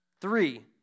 three